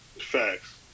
Facts